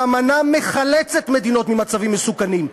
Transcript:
האמנה מחלצת מדינות ממצבים מסוכנים.